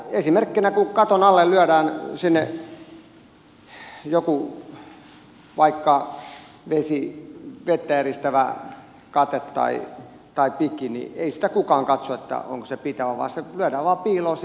esimerkkinä kun katon alle lyödään sinne vaikka joku vettä eristävä kate tai piki niin ei sitä kukaan katso onko se pitävä vaan se lyödään vain piiloon sinne ja thats it